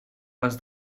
les